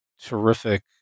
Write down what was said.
terrific